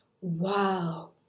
Wow